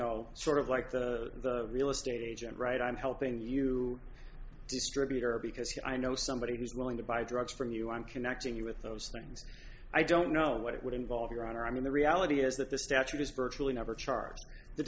know sort of like the real estate agent right i'm helping you distributor because i know somebody who's going to buy drugs from you i'm connecting you with those things i don't know what it would involve your honor i mean the reality is that the statute is virtually never charged the